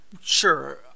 Sure